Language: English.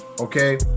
okay